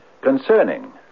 Concerning